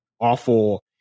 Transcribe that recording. awful